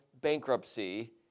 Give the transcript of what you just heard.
bankruptcy